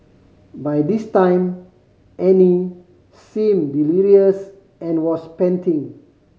by this time Annie seemed delirious and was panting